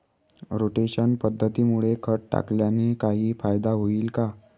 Rotation पद्धतीमुळे खत टाकल्याने काही फायदा होईल का?